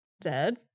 dead